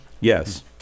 Yes